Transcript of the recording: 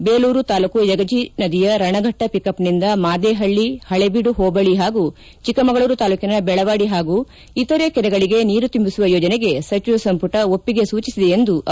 ಬೇಲೂರು ತಾಲೂಕು ಯಗಜಿ ನದಿಯ ರಣಫಟ್ಟ ಪಿಕಪ್ನಿಂದ ಮಾದೇಪಳ್ಳಿ ಪಳೇಬೀಡು ಹೋಬಳಿ ಹಾಗೂ ಚಿಕ್ಕಮಗಳೂರು ತಾಲೂಕಿನ ಬೆಳವಾಡಿ ಹಾಗೂ ಇತರೆ ಕೆರೆಗಳಿಗೆ ನೀರು ತುಂಬಿಸುವ ಯೋಜನೆಗೆ ಸಚಿವ ಸಂಪುಟ ಒಪ್ಪಿಗೆ ಸೂಚಿಸಿದೆ ಎಂದು ಅವರು ವಿವರಿಸಿದ್ದಾರೆ